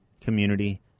community